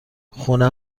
خونه